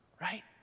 right